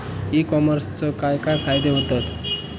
E कॉमर्सचे काय काय फायदे होतत?